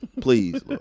please